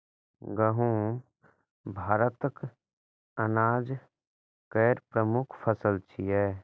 गहूम भारतक अनाज केर प्रमुख फसल छियै